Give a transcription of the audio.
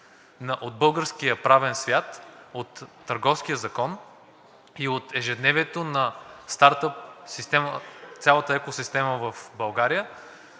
от българския правен свят, от Търговския закон и от ежедневието на цялата стартъп екосистема в България.